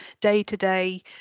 day-to-day